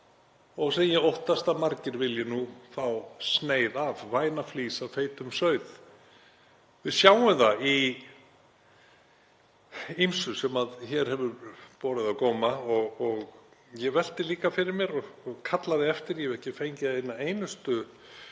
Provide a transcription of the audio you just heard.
og sem ég óttast að margir vilji nú fá sneið af, væna flís af feitum sauð. Við sjáum það í ýmsu sem hér hefur borið á góma og ég velti líka fyrir mér og kallaði eftir því, ég hef ekki fengið eina einustu